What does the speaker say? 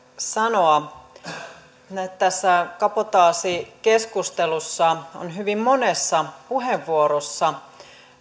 sanoa että tässä kabotaasikeskustelussa on hyvin monessa puheenvuorossa